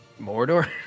Mordor